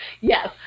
Yes